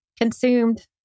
consumed